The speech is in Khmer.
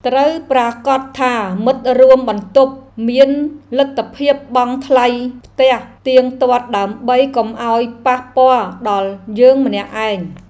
ត្រូវប្រាកដថាមិត្តរួមបន្ទប់មានលទ្ធភាពបង់ថ្លៃផ្ទះទៀងទាត់ដើម្បីកុំឱ្យប៉ះពាល់ដល់យើងម្នាក់ឯង។